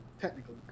technically